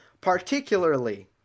particularly